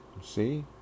See